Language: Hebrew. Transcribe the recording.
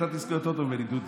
אתה תזכור יותר טוב ממני, דודי.